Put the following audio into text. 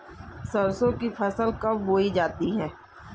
सरसों की फसल कब बोई जाती है?